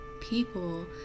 people